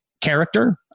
character